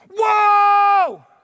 Whoa